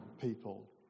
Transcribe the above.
people